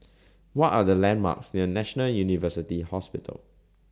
What Are The landmarks near National University Hospital